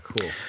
cool